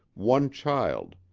one child,